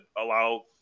allow